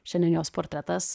šiandien jos portretas